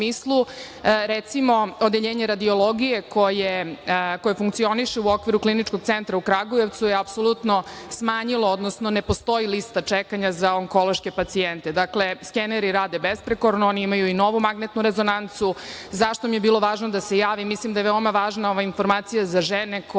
recimo, Odeljenje radiologije koje funkcioniše u okviru Kliničkog centra u Kragujevcu je apsolutno smanjilo, odnosno ne postoji lista čekanja za onkološke pacijente. Dakle, skeneri rade bezprekorno. Oni imaju i novu magnetnu rezonancu.Zašto mi je bilo važno da se javim? Mislim da je veoma važna ova informacija za žene koje